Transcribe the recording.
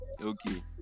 okay